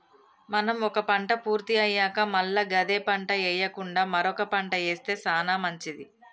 మనం ఒక పంట పూర్తి అయ్యాక మల్ల గదే పంట ఎయ్యకుండా మరొక పంట ఏస్తె సానా మంచిది